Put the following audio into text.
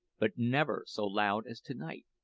but never so loud as to-night.